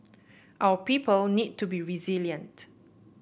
our people need to be resilient